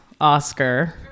Oscar